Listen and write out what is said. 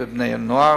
בבני-נוער,